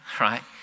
right